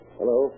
Hello